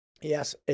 Yes